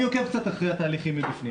אני עוקב אחרי התהליכים מבפנים